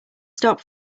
stop